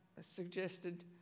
suggested